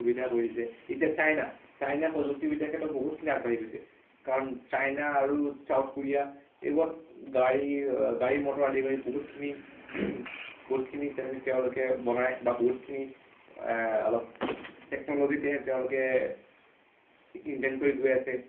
সুবিধা কৰি দিছে এতিয়া চাইনা চাইনা প্ৰযুক্তিবিদ্যাৰ ক্ষেত্ৰত বহুতখিনি আগবাঢ়ি গৈছে কাৰণ চাইনা আৰু ছাউথ কোৰিয়া এইবোৰত গাড়ী গাড়ী মটৰ আদিকৰি বহুতখিনি বহুতখিনি তেওঁলোকে বনাই বা বহুতখিনি অলপ টেকন'লজিতোহে তেওঁলোকে ইনভেণ্ট কৰি গৈ আছে